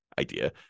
idea